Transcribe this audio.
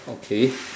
okay